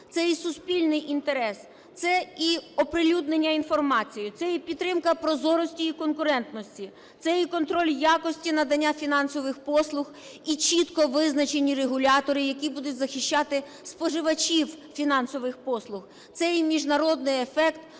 це і суспільний інтерес, це і оприлюднення інформації, це і підтримка прозорості і конкурентності, це і контроль якості надання фінансових послуг, і чітко визначені регулятори, які будуть захищати споживачів фінансових послуг, це і міжнародний ефект,